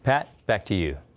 pat, back to you.